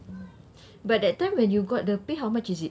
mm but that time when you got the pay how much is it